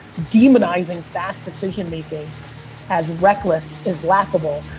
demonizing fast decision making as reckless as laughable.